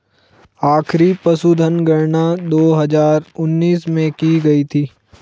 आखिरी पशुधन गणना दो हजार उन्नीस में की गयी थी